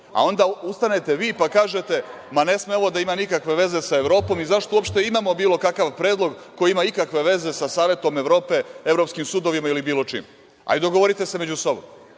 a onda ustanete vi, pa kažete – ne sme ovo da ima nikakve veze sa Evropom i zašto uopšte imamo bilo kakav predlog koji ima ikakve veze sa Savetom Evrope, evropskim sudovima ili bilo čim. Hajde dogovorite se među sobom.